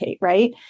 right